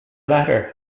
latter